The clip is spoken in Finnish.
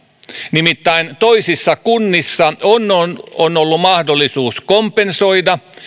nimittäin toisissa kunnissa on on ollut mahdollisuus kompensoida